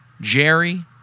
Jerry